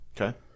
Okay